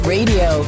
Radio